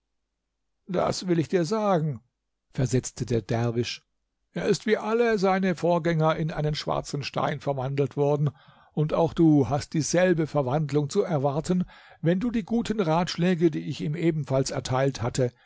das will ich dir sagen versetzte der derwisch er ist wie alle seine vorgänger in einen schwarzen stein verwandelt worden und auch du hast dieselbe verwandlung zu erwarten wenn du die guten ratschläge die ich ihm ebenfalls erteilt hatte